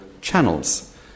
channels